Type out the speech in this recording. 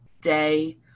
day